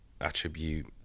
attribute